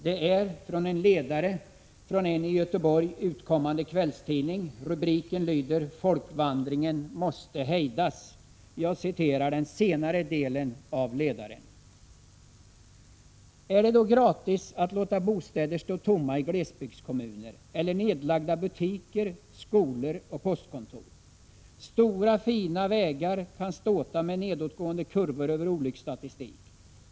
Det är från en ledare i en i Göteborg utkommande kvällstidning. Rubriken lyder: ”Folkvandringen måste hejdas”. Jag citerar den senare delen av denna ledare: Är det då gratis att låta bostäder stå tomma i glesbygdskommuner? Eller nedlagda butiker, skolor och postkontor? Stora fina vägar kan ståta med nedåtgående kurvor över olycksstatistik.